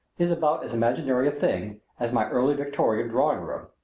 is about as imaginary a thing as my early victorian drawing-room.